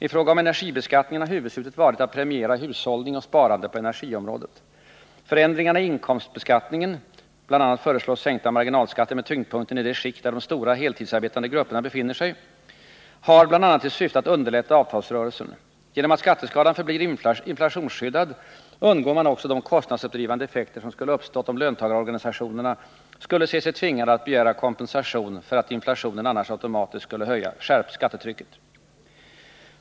I fråga om energibeskattningen har huvudsyftet varit att premiera hushållning och sparande på energiområdet. Förändringarna i inkomstbeskattningen — bl.a. föreslås sänkta marginalskatter med tyngdpunkten i de skikt där de stora heltidsarbetande grupperna befinner sig — har bl.a. till syfte att underlätta avtalsrörelsen. Genom att skatteskalan förblir inflationsskyddad undgår man också de kostnadsuppdrivande effekter som skulle uppstått, om löntagarorganisationerna skulle se sig tvingade att begära kompensation för att inflationen annars automatiskt skulle skärpt skattetrycket.